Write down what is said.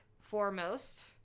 foremost